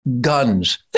Guns